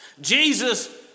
Jesus